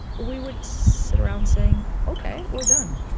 we would sit around saying, ok we're done.